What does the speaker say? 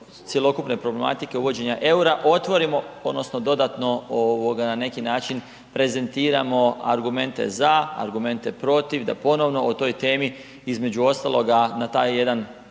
cjelokupne problematike uvođenja eura otvorimo odnosno dodatno na neki način prezentiramo argumente za, argumente protiv, da ponovno o toj temi između ostaloga na taj jedan